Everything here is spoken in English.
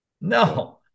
No